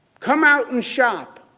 come out and shop.